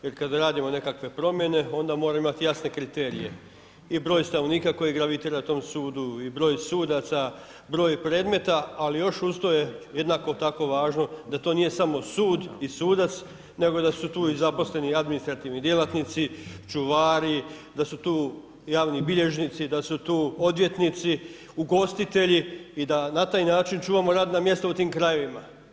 Jer kada radimo nekakve promjene onda moramo imati jasne kriterije i broj stanovnika koji gravitira tom sudu i broj sudaca, broj predmeta ali još uz to je jednako tako važno da to nije samo sud i sudac nego da su tu i zaposleni i administrativni djelatnici, čuvari, da su tu javni bilježnici, da su tu odvjetnici, ugostitelji i da na taj način čuvamo radna mjesta u tim krajevima.